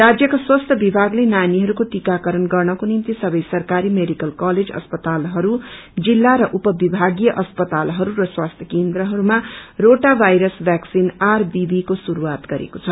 राज्यका स्वास्यि विभागले नानीहरूको टिकाकरण गन्रको निम्ति सबै सरकारीमेडिकल कलेज अस्तपालहरू जिल्ला र उप विभागीय अस्पतालहरू र स्वास्थ्य केन्द्रहरूमा रोटावायरस वैक्सीन को शुरूआत गरेको छ